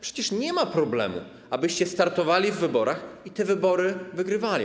Przecież nie ma problemu z tym, abyście startowali w wyborach i te wybory wygrywali.